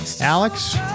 alex